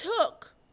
took